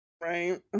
right